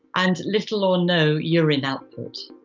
and little or no urine output.